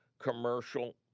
commercial